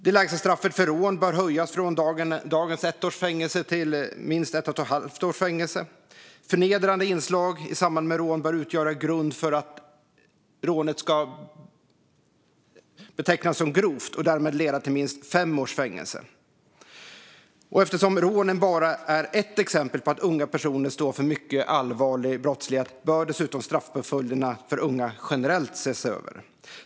Det lägsta straffet för rån bör höjas från dagens ett års fängelse till minst ett och ett halvt års fängelse. Förnedrande inslag i samband med rån bör utgöra grund för att rånet ska betecknas som grovt och därmed leda till minst fem års fängelse. Eftersom rånen bara är ett exempel på att unga personer står för mycket allvarlig brottslighet bör dessutom straffpåföljderna för unga generellt ses över.